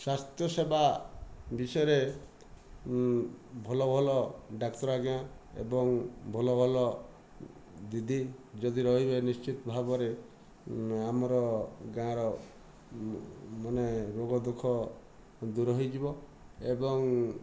ସ୍ୱାସ୍ଥ୍ୟ ସେବା ବିଷୟରେ ଭଲ ଭଲ ଡାକ୍ତର ଆଜ୍ଞା ଏବଂ ଭଲ ଭଲ ଦିଦି ଯଦି ରହିବେ ନିଶ୍ଚିତ ଭାବରେ ଆମର ଗାଁ ର ମାନେ ରୋଗ ଦୁଃଖ ଦୂର ହୋଇଯିବ ଏବଂ